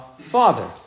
Father